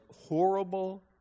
horrible